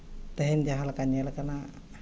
ᱛᱮᱦᱮᱧ ᱡᱟᱦᱟᱸ ᱞᱮᱠᱟ ᱧᱮᱞ ᱠᱟᱱᱟ